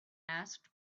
asked